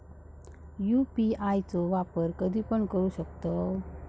UPI चो वापर कधीपण करू शकतव?